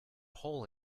hole